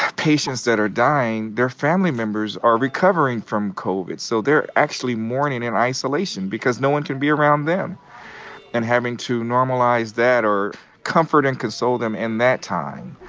patients that are dying, their family members are recovering from covid so they're actually mourning in isolation because no one can be around them and having to normalize that or comfort and console them in that time.